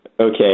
Okay